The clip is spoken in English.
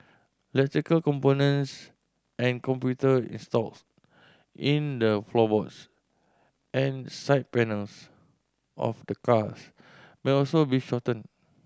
electrical components and computer installed in the floorboards and side panels of the cars may also be shorten